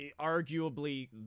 arguably